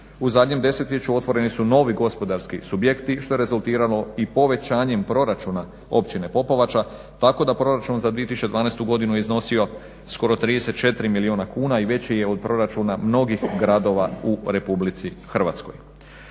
U zadnjem desetljeću otvoreni su novi gospodarski subjekti što je rezultiralo i povećanjem proračuna Općine Popovača tako da Proračun za 2012. godinu je iznosio skoro 34 milijuna kuna i veći je od proračuna mnogih gradova u RH.